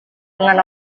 dengan